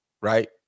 right